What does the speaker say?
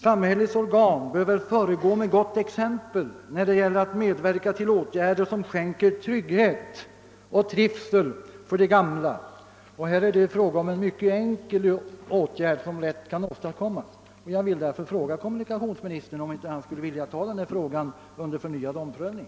Samhällets organ bör väl föregå med gott exempel, när det gäller att medverka till åtgärder som skänker trygghet och trivsel åt de gamla. Här är det fråga om en mycket enkel åtgärd, som lätt kan åstadkommas. Jag vill därför fråga kommunikationsministern, om han inte skulle vilja ta upp denna fråga till förnyad prövning.